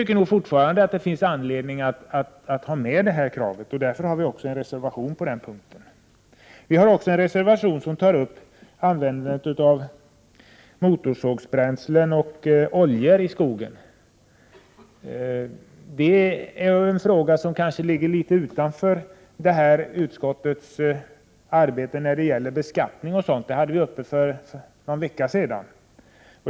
Det finns fortfarande anledning att ställa detta krav. Därför har vi beträffande detta fogat en reservation till betänkandet. I en annan reservation har vi tagit upp motorsågsbränsle och oljor för användning i skogen. Beskattningen av dessa ligger litet utanför jordbruksutskottets område. Men vi hade detta uppe till debatt för någon vecka sedan.